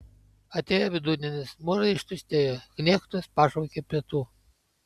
atėjo vidudienis mūrai ištuštėjo knechtus pašaukė pietų